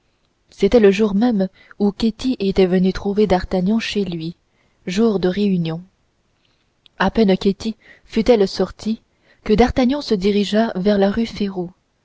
c'était le jour même où ketty était venue trouver d'artagnan chez lui jour de réunion à peine ketty fut-elle sortie que d'artagnan se dirigea vers la rue férou